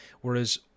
Whereas